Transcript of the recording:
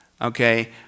Okay